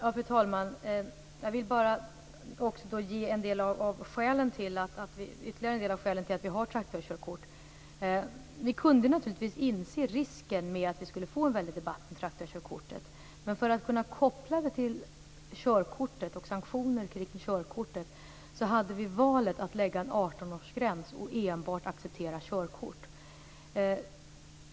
Fru talman! Jag vill bara ge ytterligare en del av skälen till att vi har valt traktorkörkort. Vi kunde naturligtvis inse risken med att vi skulle få en väldig debatt om traktorkörkortet. Men för att kunna koppla det till körkortet och till sanktioner kring körkortet hade vi valet att lägga en 18-årsgräns och enbart acceptera körkort.